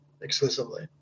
exclusively